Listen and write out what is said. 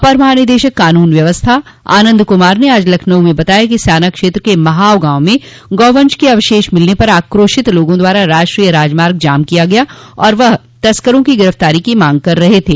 अपर महानिदेशक कानून व्यवस्था आनन्द कुमार ने आज लखनऊ में बताया कि स्याना क्षेत्र के महाव गांव में गौवंश के अवशेष मिलने पर आक्रोशित लोगों द्वारा राष्ट्रीय राजमार्ग को जाम कर दिया गया और वह तस्करों की गिरफ्तारी की मांग कर रहे थे